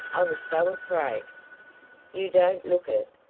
i was so afraid you don't look it.